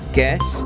guess